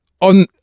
on